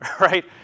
right